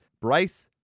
Bryce